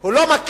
הוא לא מכיר